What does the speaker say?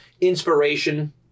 inspiration